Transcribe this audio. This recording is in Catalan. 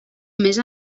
més